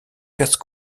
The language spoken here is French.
casse